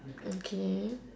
okay